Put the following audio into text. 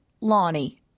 Lonnie